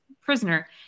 prisoner